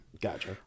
Gotcha